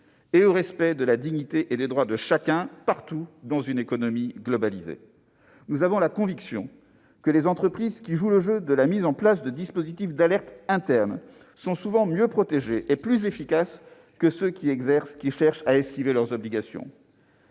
au respect de la dignité et des droits de chacun, partout, dans une économie globalisée. Nous avons la conviction que les entreprises qui jouent le jeu de la mise en place de dispositifs d'alerte interne sont souvent mieux protégées et plus efficaces que celles qui cherchent à esquiver leurs obligations.